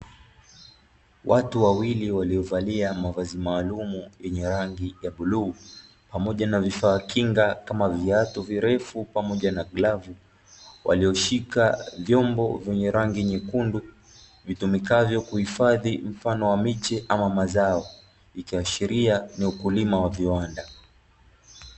Watu wawili waliovalia mavazi maalum yenye rangi ya bluu pamoja na vifaa kinga kama viatu virefu pamoja na glavu, walioshika vyombo vyenye rangi nyekundu vitumikavyo kuhifadhi mfano wa miche ama mazao vikiashiria ni ukulima wa viwanda.